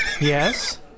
Yes